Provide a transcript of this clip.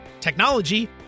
technology